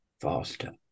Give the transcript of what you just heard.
faster